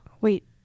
Wait